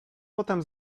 potem